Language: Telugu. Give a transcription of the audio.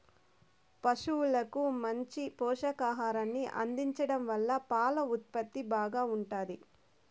పసువులకు మంచి పోషకాహారాన్ని అందించడం వల్ల పాల ఉత్పత్తి బాగా ఉంటాది